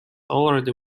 already